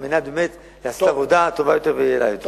על מנת באמת לעשות עבודה טובה יותר ויעילה יותר.